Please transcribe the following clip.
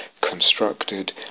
constructed